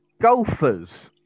golfers